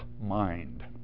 mind